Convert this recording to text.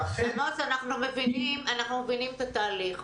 עמוס, אנחנו מבינים את התהליך.